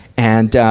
and,